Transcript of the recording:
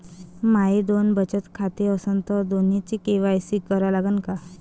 माये दोन बचत खाते असन तर दोन्हीचा के.वाय.सी करा लागन का?